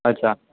અચ્છા